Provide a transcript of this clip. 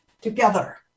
together